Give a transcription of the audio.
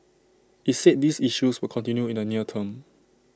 IT said these issues would continue in the near term